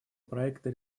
проекта